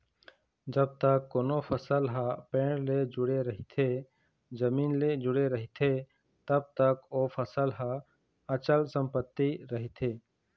जब तक कोनो फसल ह पेड़ ले जुड़े रहिथे, जमीन ले जुड़े रहिथे तब तक ओ फसल ह अंचल संपत्ति रहिथे